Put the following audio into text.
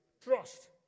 trust